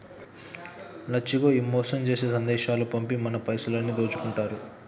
లచ్చిగో ఈ మోసం జేసే సందేశాలు పంపి మన పైసలన్నీ దోసుకుంటారు